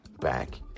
back